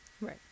Right